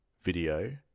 video